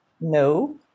No